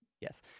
Yes